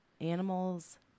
Animals